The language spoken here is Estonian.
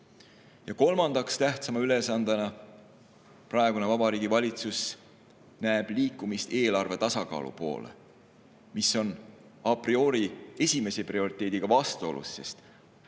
Ja kolmanda tähtsaima ülesandena näeb praegune Vabariigi Valitsus liikumist eelarve tasakaalu poole, mis ona prioriesimese prioriteediga vastuolus, sest